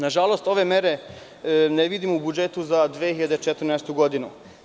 Nažalost, ove mere ne vidim u budžetu za 2014. godinu.